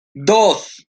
dos